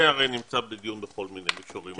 הרי נמצא בדיון בכל מיני מישורים.